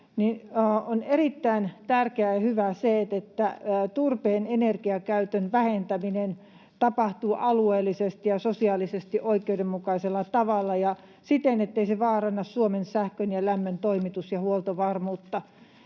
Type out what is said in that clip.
On erittäin tärkeää ja hyvää se, että turpeen energiakäytön vähentäminen tapahtuu alueellisesti ja sosiaalisesti oikeudenmukaisella tavalla ja siten, ettei se vaaranna Suomen sähkön ja lämmön toimitus- ja huoltovarmuutta.